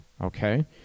okay